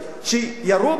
שירו בה,